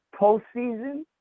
postseason